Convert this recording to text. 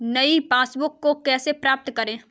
नई पासबुक को कैसे प्राप्त करें?